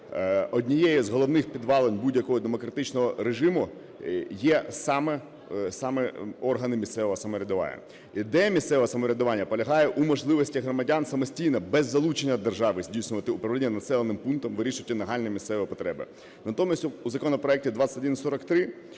однією з головних підвалин будь-якого демократичного режиму є саме органи місцевого самоврядування. Ідея місцевого самоврядування полягає у можливостях громадян самостійно, без залучення держави, здійснювати управління населеними пунктами, вирішувати нагальні місцеві потреби. Натомість у законопроекті 2143